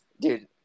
Dude